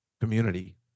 community